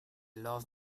love